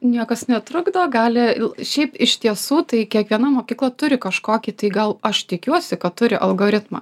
niekas netrukdo gali šiaip iš tiesų tai kiekviena mokykla turi kažkokį tai gal aš tikiuosi kad turi algoritmą